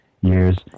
years